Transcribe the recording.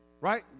Right